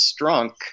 Strunk